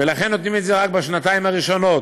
ולכן נותנים את זה רק בשנתיים הראשונות.